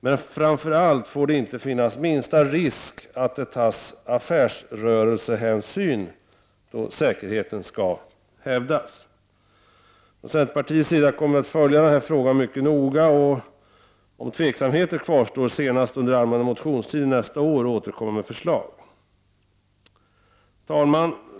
Men framför allt får det inte finnas minsta risk att det tas affärsrörelsehänsyn då säkerheten skall hävdas. Från centerpartiets sida kommer vi att följa den här frågan mycket noga och, om tveksamheten kvarstår, senast under allmänna motionstiden nästa år återkomma med förslag. Herr talman!